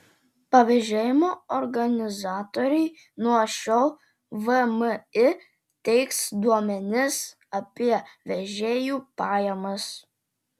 pavėžėjimo organizatoriai nuo šiol vmi teiks duomenis apie vežėjų pajamas